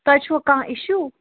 تۄہہِ چھُوٕ کانٛہہ اِشوٗ